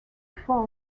four